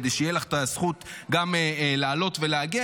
כדי שתהיה לך הזכות גם לעלות ולהגן,